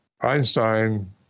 Einstein